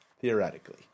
Theoretically